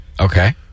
Okay